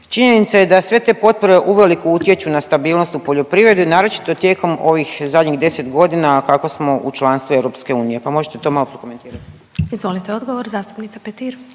Činjenica je da sve te potpore uveliko utječu na stabilnost u poljoprivredi naročito tijekom ovih zadnjih 10 godina kako smo u članstvu EU, pa možete to malo prokomentirati. **Glasovac, Sabina